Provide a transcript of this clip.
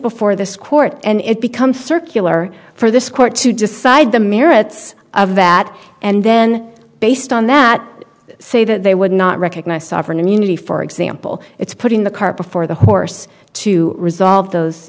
before this court and it becomes circular for this court to decide the merits of that and then based on that say that they would not recognize sovereign immunity for example it's putting the cart before the horse to resolve those